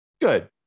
Good